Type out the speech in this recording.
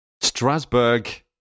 Strasbourg